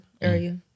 area